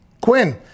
quinn